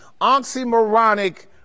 oxymoronic